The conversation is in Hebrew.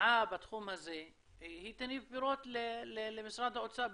שהשקעה בתחום הזה תניב פירות למשרד האוצר,